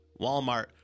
Walmart